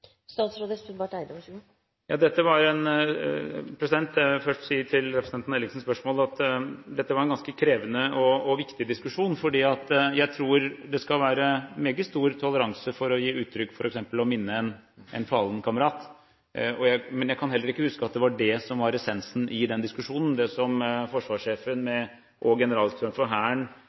først si til representanten Ellingsens spørsmål at dette var en ganske krevende og viktig diskusjon. Jeg tror det skal være meget stor toleranse for uttrykk for f.eks. å minnes en fallen kamerat, men jeg kan heller ikke huske at det var det som var essensen i den diskusjonen. Det som forsvarssjefen, Generalinspektøren for Hæren og